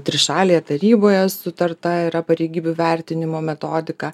trišalėje taryboje sutarta yra pareigybių vertinimo metodika